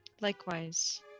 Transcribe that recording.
Likewise